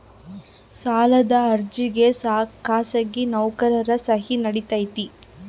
ಸಾಲದ ಅರ್ಜಿಗೆ ಖಾಸಗಿ ನೌಕರರ ಸಹಿ ನಡಿತೈತಿ?